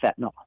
fentanyl